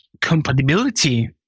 compatibility